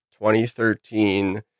2013